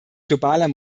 globaler